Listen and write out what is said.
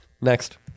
Next